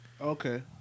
Okay